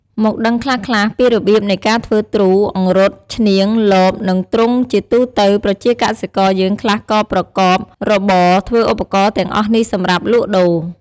មកដឹងខ្លះៗពីរបៀបនៃការធ្វើទ្រូង អង្រុត ឈ្នាង លប និងទ្រុងជាទូទៅប្រជាកសិករយើងខ្លះក៏ប្រកបរបរធ្វើឧបករណ៍ទាំងអស់នេះសម្រាប់លក់ដូរ។